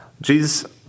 Jesus